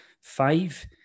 five